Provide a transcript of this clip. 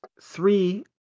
three